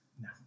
No